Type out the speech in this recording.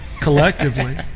collectively